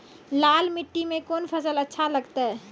लाल मिट्टी मे कोंन फसल अच्छा लगते?